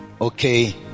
okay